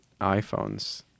iPhones